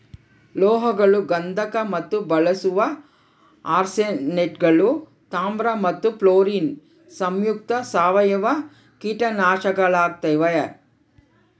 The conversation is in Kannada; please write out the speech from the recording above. ಲೋಹಗಳು ಗಂಧಕ ಮತ್ತು ಬಳಸುವ ಆರ್ಸೆನೇಟ್ಗಳು ತಾಮ್ರ ಮತ್ತು ಫ್ಲೋರಿನ್ ಸಂಯುಕ್ತ ಸಾವಯವ ಕೀಟನಾಶಕಗಳಾಗ್ಯಾವ